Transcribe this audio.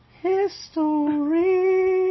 History